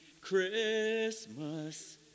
Christmas